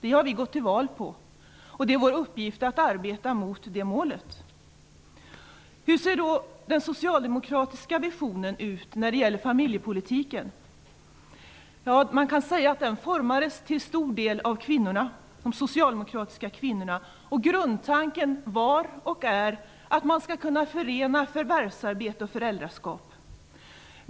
Det har vi gått till val på. Det är vår uppgift att arbeta mot det målet. Hur ser då den socialdemokratiska visionen ut när det gäller familjepolitiken? Man kan säga att den till stor del formades av de socialdemokratiska kvinnorna. Grundtanken var och är att man skall kunna förena förvärvsarbete och föräldraskap.